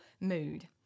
mood